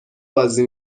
بازی